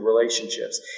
relationships